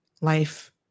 life